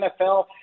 nfl